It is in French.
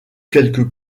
quelques